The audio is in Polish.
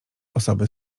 osoby